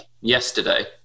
yesterday